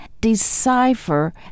decipher